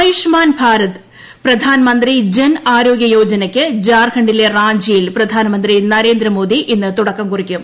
ആയുഷ്മാൻ ഭാരത് പ്രധാൻ മന്ത്രി ജൻ ആരോഗൃയോജനക്ക് ജാർഖണ്ഡിലെ റാഞ്ചിയിൽ പ്രധാനമന്ത്രി നരേന്ദ്രമോദി ഇന്ന് തുടക്കം കുറിക്കും